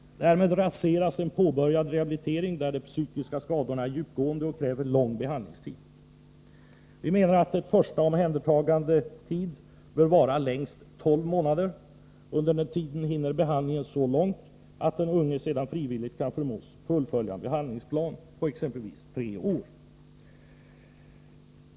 Därmed raseras en påbörjad rehabilitering. De psykiska skadorna är djupgående och kräver lång behandlingstid. Vi menar att en första omhändertagandetid bör vara längst tolv månader. Under den tiden hinner behandlingen så långt att den unge sedan frivilligt kan förmås att fullfölja en behandlingsplan på exempelvis tre år. Herr talman!